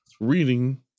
reading